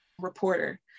reporter